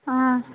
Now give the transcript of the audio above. आं